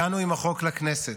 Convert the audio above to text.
הגענו עם החוק לכנסת,